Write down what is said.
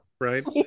right